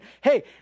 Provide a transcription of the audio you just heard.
hey